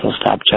stop